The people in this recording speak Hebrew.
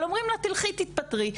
אומרים לה, לכי, תתפטרי.